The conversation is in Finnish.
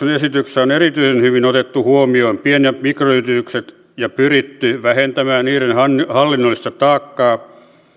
esityksessä on erityisen hyvin otettu huomioon pien ja mikroyritykset ja pyritty vähentämään niiden hallinnollista taakkaa